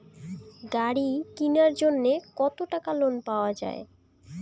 গাড়ি কিনার জন্যে কতো টাকা লোন পাওয়া য়ায়?